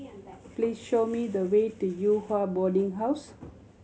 please show me the way to Yew Hua Boarding House